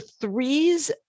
threes